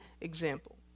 example